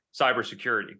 cybersecurity